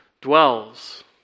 dwells